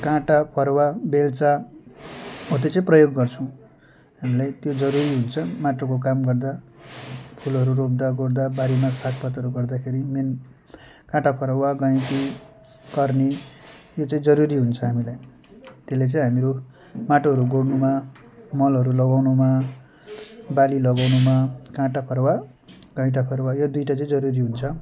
काँटा फरुवा बेल्चा हो त्यो चाहिँ प्रयोग गर्छौँ हामीलाई त्यो जरुरी हुन्छ माटोको काम गर्दा फुलहरू रोप्दा गोड्दा बारीमा सागपातहरू गर्दाखेरि मेन काँटा फरुवा गैँती कर्नी यो चाहिँ जरुरी हुन्छ हामीलाई त्यसले चाहिँ हामीहरू माटोहरू गोड्नुमा मलहरू लगाउनुमा बाली लगाउनुमा काँटा फरुवा गैँटा फरुवा यो दुइटाचाहिँ जरुरी हुन्छ